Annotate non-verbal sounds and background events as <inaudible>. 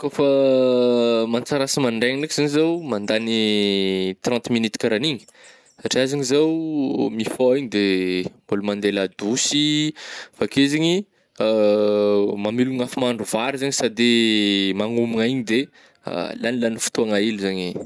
Izy kaofa <hesitation> mantsara asa mandraigny eky zany zao mandany <hesitation> trente minute karaha an'igny satria zah zegny zao mifôha igny de mbôla mande ladosy avy akeo zaignny <hesitation> mamelogna afo mahandro vary zegny sady ih magnomagna igny de <hesitation> lagnilany fotoagna hely zany e.